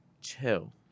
chill